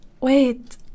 wait